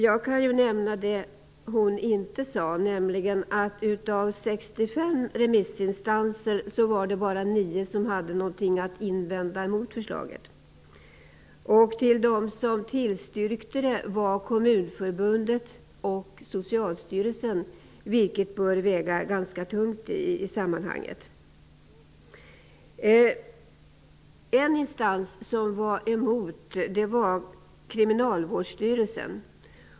Jag kan nämna något som hon inte sade, nämligen att av 65 remissinstanser var det bara 9 som hade något att invända mot förslaget. Kommunförbundet och Socialstyrelsen, vilket bör väga ganska tungt i sammanhanget. En instans som var emot förslaget var Kriminalvårdssstyrelsen.